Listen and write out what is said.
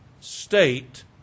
state